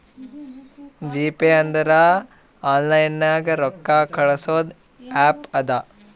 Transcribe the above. GPay ಅಂದುರ್ online ನಾಗ್ ರೊಕ್ಕಾ ಕಳ್ಸದ್ ಆ್ಯಪ್ ಅದಾ